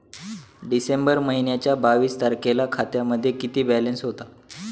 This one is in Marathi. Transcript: डिसेंबर महिन्याच्या बावीस तारखेला खात्यामध्ये किती बॅलन्स होता?